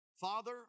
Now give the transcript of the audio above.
Father